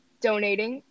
Donating